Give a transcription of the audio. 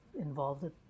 involved